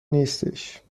نیستش